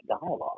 dialogue